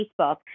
Facebook